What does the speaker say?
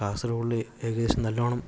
കാസർഗൊഡില് ഏകദേശം നല്ലോണം